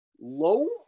Low